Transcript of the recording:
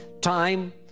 time